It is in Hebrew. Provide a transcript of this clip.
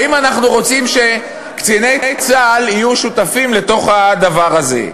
האם אנחנו רוצים שקציני צה"ל יהיו שותפים בדבר הזה?